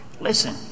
Listen